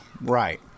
Right